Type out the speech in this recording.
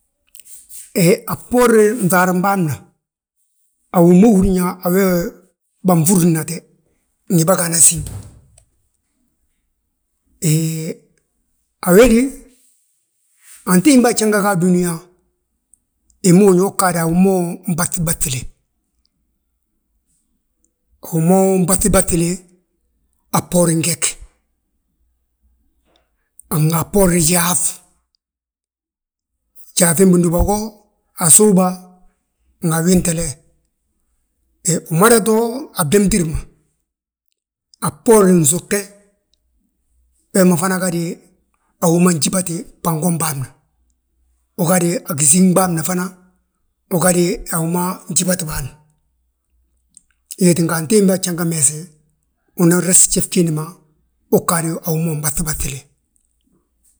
He a bboorin nŧaarin bâan ma, a wi ma húri yaa a wee wi bânŧurrinate ngi bâgaana He a antimbaa jjanga ga a dúniyaa, hi ma húriyaa ugaadi a wi ma ubaŧibaŧile, uma ubaŧibaŧile a bboorin geg, nga a bboorin gyaaŧ, gyaaŧin bindúba go, a suuba, nga a wéntele. Umada to a bdemtir ma, a bboorin nsugte, we ma fana gadu a wima njibati fbangom bâan ma, wi gadu agisíŋ bâan ma fana, wi gadu a wi ma njíbatibâan. Wee tínga antimba a janga meese, unan resi gjif giindi ma uu ggadi a wima unbaŧibaŧile.